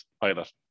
pilot